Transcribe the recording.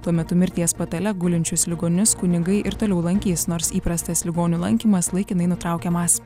tuo metu mirties patale gulinčius ligonius kunigai ir toliau lankys nors įprastas ligonių lankymas laikinai nutraukiamas